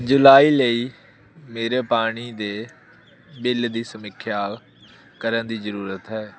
ਜੁਲਾਈ ਲਈ ਮੇਰੇ ਪਾਣੀ ਦੇ ਬਿੱਲ ਦੀ ਸਮੀਖਿਆ ਕਰਨ ਦੀ ਜ਼ਰੂਰਤ ਹੈ